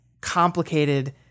complicated